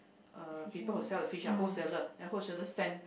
uh people who sell the fish ah wholesaler then wholesaler send